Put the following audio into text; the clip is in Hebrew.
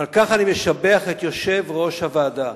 ועל כך אני משבח את יושב-ראש הוועדה,